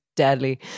deadly